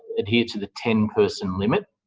adhere to the ten person limit,